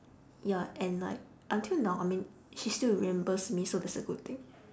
ya and like until now I mean she still remembers me so that's a good thing